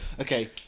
Okay